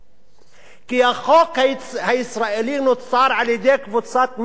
החוק הישראלי נוצר על-ידי קבוצת מתיישבים